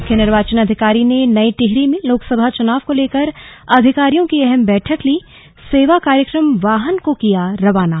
मुख्य निर्वाचन अधिकारी ने नई टिहरी में लोकसभा चुनाव को लेकर अधिकारियों की अहम बैठक लीसेवा कार्यक्रम वाहन को किया रवाना